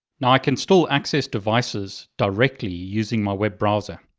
now i can still access devices directly, using my web browser.